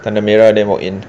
tanah merah then walk in